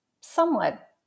somewhat